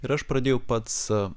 ir aš pradėjau pats